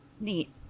Neat